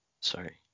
sorry